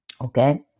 Okay